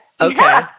Okay